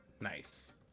Nice